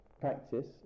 practice